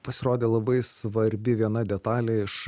pasirodė labai svarbi viena detalė iš